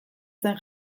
zen